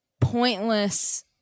pointless